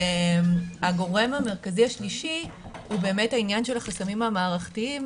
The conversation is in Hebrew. הגורם המרכזי השלישי הוא באמת העניין של החסמים המערכתיים,